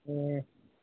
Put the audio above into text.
ए